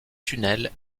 tunnel